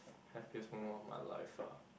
happiest moment of my life ah